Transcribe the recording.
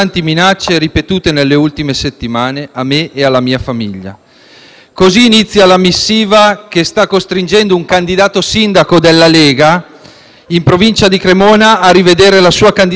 Così inizia la missiva che sta costringendo un candidato sindaco della Lega in Provincia di Cremona a rivedere la sua candidatura a pochi giorni dalla scadenza del termine elettorale.